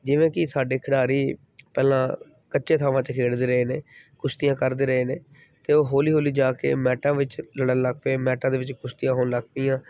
ਜਿਵੇਂ ਕਿ ਸਾਡੇ ਖਿਡਾਰੀ ਪਹਿਲਾਂ ਕੱਚੇ ਥਾਵਾਂ 'ਤੇ ਖੇਡਦੇ ਰਹੇ ਨੇ ਕੁਸ਼ਤੀਆਂ ਕਰਦੇ ਰਹੇ ਨੇ ਤਾਂ ਉਹ ਹੌਲੀ ਹੌਲੀ ਜਾ ਕੇ ਮੈਟਾਂ ਵਿੱਚ ਲੜਨ ਲੱਗ ਪਏ ਮੈਟਾਂ ਦੇ ਵਿੱਚ ਕੁਸ਼ਤੀਆਂ ਹੋਣ ਲੱਗ ਪਈਆਂ